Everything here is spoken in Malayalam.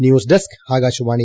news desk Akashvani